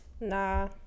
Nah